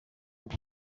ngo